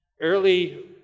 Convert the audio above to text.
early